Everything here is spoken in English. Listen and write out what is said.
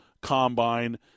combine